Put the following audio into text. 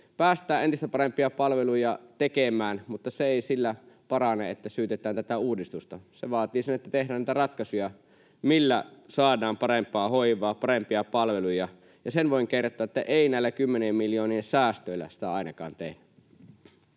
päästään entistä parempia palveluja tekemään, mutta se ei sillä parane, että syytetään tätä uudistusta. Se vaatii sen, että tehdä niitä ratkaisuja, millä saadaan parempaa hoivaa, parempia palveluja. Ja sen voin kertoa, että ei näillä kymmenien miljoonien säästöillä sitä ainakaan tee.